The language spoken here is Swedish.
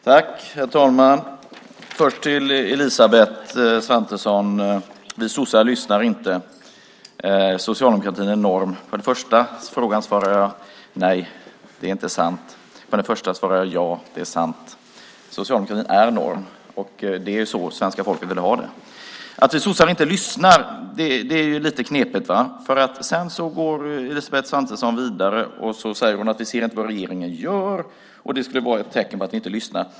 Herr talman! Först vill jag kommentera det Elisabeth Svantesson sade om att vi sossar inte lyssnar och att socialdemokratin är norm. På det första svarar jag nej, det är inte sant. På den andra svarar jag ja, det är sant. Socialdemokratin är norm. Det är ju så svenska folket vill ha det. Att vi sossar inte lyssnar var ett lite knepigt påstående, för sedan gick Elisabeth Svantesson vidare och sade att vi inte ser vad regeringen gör och att det skulle vara ett tecken på att vi inte lyssnar.